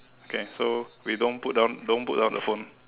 okay so we don't put down don't put down the phone